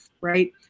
Right